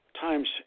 times